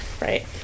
right